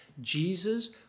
Jesus